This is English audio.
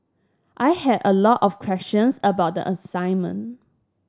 I had a lot of questions about the assignment